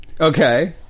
Okay